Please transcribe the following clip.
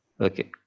okay